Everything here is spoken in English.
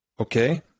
Okay